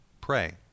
pray